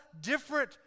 different